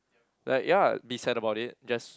like ya be sad about it just